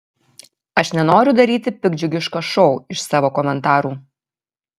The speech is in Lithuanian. aš nenoriu daryti piktdžiugiško šou iš savo komentarų